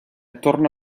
torna